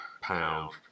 pounds